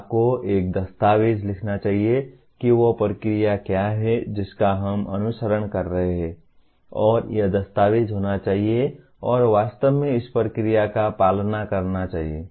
आपको एक दस्तावेज लिखना चाहिए कि वह प्रक्रिया क्या है जिसका हम अनुसरण कर रहे हैं और यह दस्तावेज होना चाहिए और वास्तव में इस प्रक्रिया का पालन करना चाहिए